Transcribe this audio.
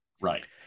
Right